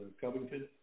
Covington